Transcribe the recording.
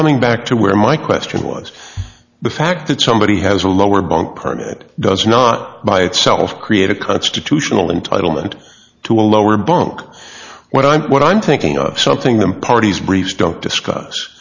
coming back to where my question was the fact that somebody has a lower bunk permit does not by itself create a constitutional entitlement to a lower bunk what i'm what i'm thinking of something the parties brief don't discuss